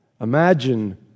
imagine